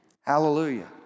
Hallelujah